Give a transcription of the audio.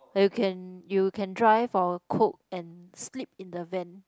then you can you can drive or cook and sleep in the van